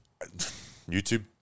YouTube